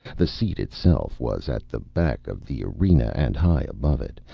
the seat itself was at the back of the arena and high above it,